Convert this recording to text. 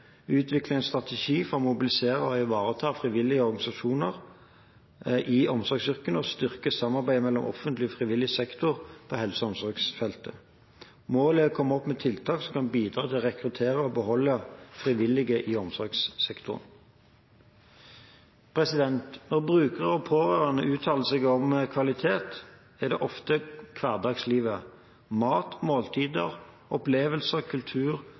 utvikle en strategi for å mobilisere og ivareta frivillige organisasjoner i omsorgsyrkene og styrke samarbeidet mellom offentlig og frivillig sektor på helse- og omsorgsfeltet. Målet er å komme opp med tiltak som kan bidra til å rekruttere og beholde frivillige i omsorgssektoren. Når brukere og pårørende uttaler seg om kvalitet, er det ofte hverdagslivet, mat og måltider, opplevelser, kultur